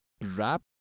wrap